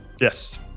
Yes